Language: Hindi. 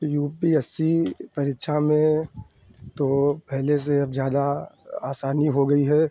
यू पी एस सी परीक्षा में तो पहले से अब ज़्यादा आसानी हो गई है